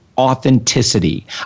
Authenticity